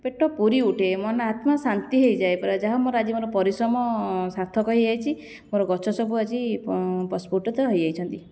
ପେଟ ପୁରି ଉଠେ ମନ ଆତ୍ମା ଶାନ୍ତି ହୋଇଯାଏ ପୁରା ଯାହା ହେଉ ଆଜି ମୋର ପରିଶ୍ରମ ସାର୍ଥକ ହୋଇଯାଇଛି ମୋର ଗଛ ସବୁ ଆଜି ପପସ୍ଫୁଟିତ ହୋଇଯାଇଛନ୍ତି